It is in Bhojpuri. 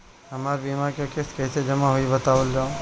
हमर बीमा के किस्त कइसे जमा होई बतावल जाओ?